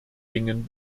dingen